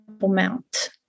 Mount